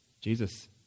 Jesus